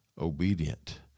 obedient